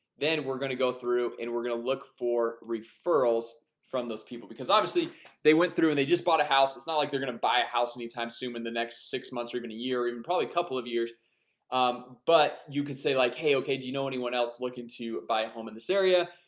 then we're gonna go through and we're gonna look for referrals from those people because obviously they went through and they just bought a house it's not like they're gonna buy a house anytime soon in the next six months or even a year even probably a couple of years but you can say like hey, okay. do you know anyone else looking to buy a home in this area?